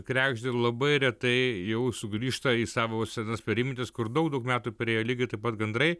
kregždė labai retai jau sugrįžta į savo senas perimvietes kur daug daug metų priėjo lygiai taip pat gandrai